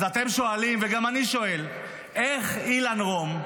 אז אתם שואלים, וגם אני שואל, איך אילן רום,